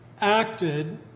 acted